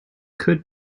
could